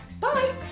Bye